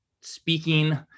speaking